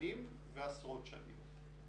שנים ועשרות שנים.